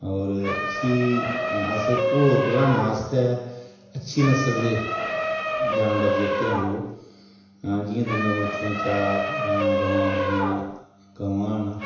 होर इसी अस होर बधाने आस्तै अच्छी नसल दे जानवर जेह्के हैन ओह् जियां दुए मुल्खें चा गवां औंदियां गवां न